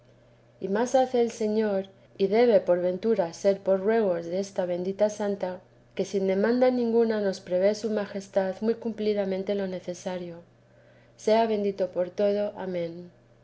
y más hace el señor y debe por ventura ser por ruego desta bendita santa que sin demanda ninguna nos provee su majestad muy cumplidamente lo necesario sea bendito por todo amén